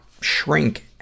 shrink